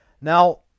Now